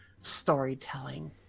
storytelling